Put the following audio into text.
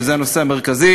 שזה הנושא המרכזי.